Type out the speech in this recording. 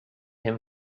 him